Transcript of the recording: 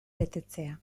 betetzea